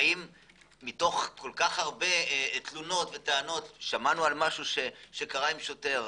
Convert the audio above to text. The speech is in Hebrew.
האן מתוך כל כך הרבה תלונות וטענות שמענו על משהו שקרה עם שוטר?